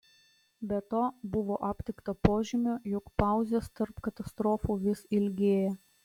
be to buvo aptikta požymių jog pauzės tarp katastrofų vis ilgėja